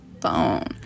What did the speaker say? phone